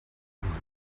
immer